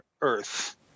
earth